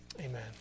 Amen